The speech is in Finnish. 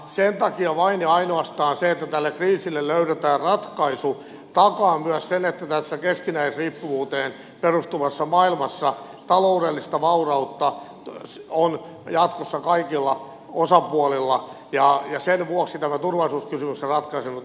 sen takia vain ja ainoastaan se että tälle kriisille löydetään ratkaisu takaa myös sen että tässä keskinäisriippuvuuteen perustuvassa maailmassa taloudellista vaurautta on jatkossa kaikilla osapuolilla ja sen vuoksi tämän turvallisuuskysymyksen ratkaiseminen on nyt ihan keskeistä